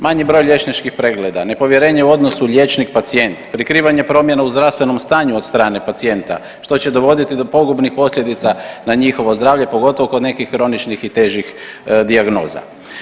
Manji broj liječničkih pregleda, nepovjerenje u odnosu liječnik – pacijent, prikrivanje promjena u zdravstvenom stanju od strane pacijenta što će dovoditi do pogubnih posljedica na njihovo zdravlje pogotovo kod nekih kroničnih i težih dijagnoza.